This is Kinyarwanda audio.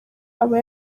aba